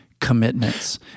commitments